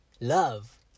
love